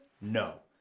No